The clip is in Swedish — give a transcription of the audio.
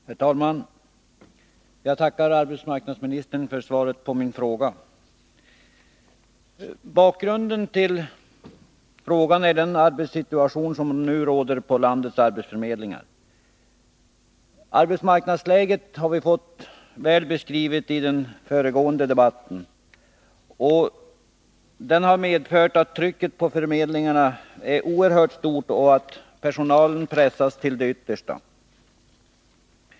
Herr talman! Jag tackar arbetsmarknadsministern för svaret på min fråga. Bakgrunden till frågan är den arbetssituation som nu råder på landets arbetsförmedlingar. Vi har fått arbetsmarknadsläget väl beskrivet i den föregående debatten. Arbetslöshetskön på våra förmedlingar är nu längre än den har varit på många år, speciellt när det gäller ungdomarna. Trycket på förmedlingarna är därför oerhört stort och personalen pressas till det yttersta.